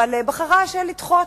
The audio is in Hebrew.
אבל בחרה לדחות,